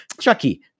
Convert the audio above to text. Chucky